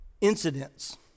incidents